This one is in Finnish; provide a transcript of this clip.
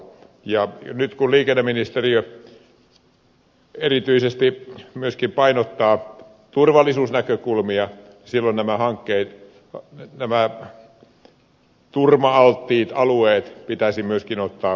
ja nyt kun liikenneministeriö erityisesti myöskin painottaa turvallisuusnäkökulmia nämä turma alttiit alueet pitäisi myöskin ottaa huomioon